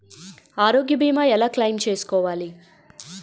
ఆరోగ్య భీమా ఎలా క్లైమ్ చేసుకోవాలి?